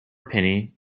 penny